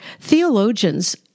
theologians